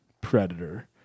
predator